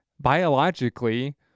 biologically